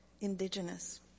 indigenous